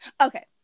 Okay